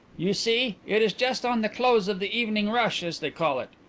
you see, it is just on the close of the evening rush, as they call it.